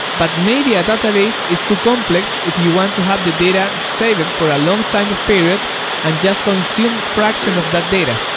but maybe a database is too complex if you want to have the data and save it for a long time of period and just consume fraction of that data.